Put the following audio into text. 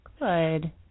Good